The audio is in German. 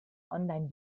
online